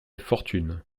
fortune